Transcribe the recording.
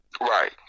Right